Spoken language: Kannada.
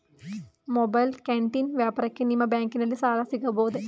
ಮೊಬೈಲ್ ಕ್ಯಾಂಟೀನ್ ವ್ಯಾಪಾರಕ್ಕೆ ನಿಮ್ಮ ಬ್ಯಾಂಕಿನಲ್ಲಿ ಸಾಲ ಸಿಗಬಹುದೇ?